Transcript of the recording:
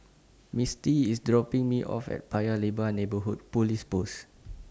Misty IS dropping Me off At Paya Lebar Neighbourhood Police Post